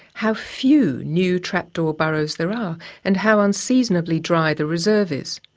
how few new trapdoor burrows there are and how unseasonably dry the reserve is.